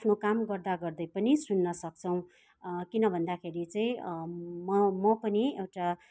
आफ्नो काम गर्दा गर्दै पनि सुन्न सक्छौँ किन भन्दाखेरि चाहिँ म म पनि एउटा